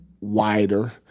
wider